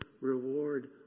reward